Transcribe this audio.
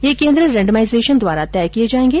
ये केन्द्र रेंडमाइजेशन द्वारा तय किए जाएंगे